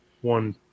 one